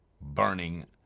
burning